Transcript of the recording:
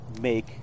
make